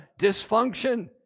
dysfunction